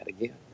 again